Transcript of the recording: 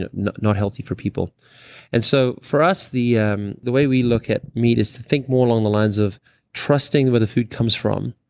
and not healthy for people and so for us, the um the way we look at meat is to think more along the lines of trusting where the food comes from,